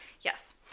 Yes